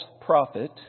prophet